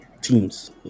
teams